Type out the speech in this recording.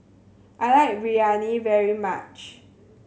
I like Biryani very much